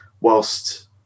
whilst